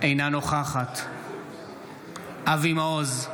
אינה נוכחת אבי מעוז,